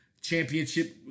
championship